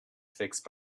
fixed